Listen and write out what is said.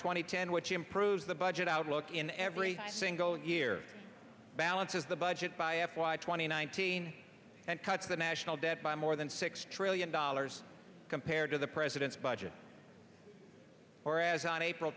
twenty ten which improves the budget outlook in every single year balances the budget by f y twenty nineteen and cuts the national debt by more than six trillion dollars compared to the president's budget whereas on april